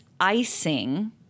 icing